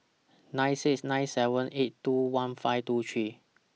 nine six nine seven eight two one five two three